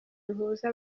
bihuza